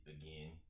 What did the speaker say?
again